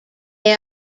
they